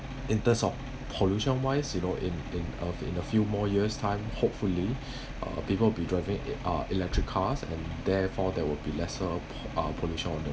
in terms of pollution wise you know in in a in a few more years time hopefully uh people will be driving uh electric cars and therefore there will be lesser uh pollution